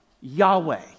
Yahweh